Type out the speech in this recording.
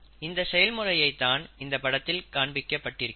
இந்த செயல்முறையை தான் இந்தப் படத்தில் காண்பிக்கப் பட்டிருக்கிறது